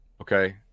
Okay